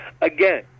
Again